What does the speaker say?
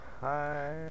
Hi